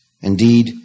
Indeed